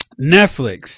Netflix